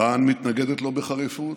איראן מתנגדת לו בחריפות,